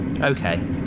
okay